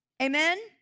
Amen